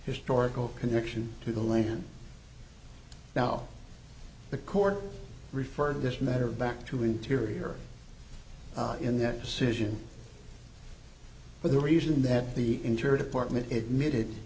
historical connection to the land now the court referred this matter back to interior in that decision for the reason that the interior department admitted